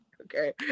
Okay